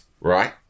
right